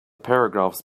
paragraphs